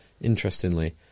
interestingly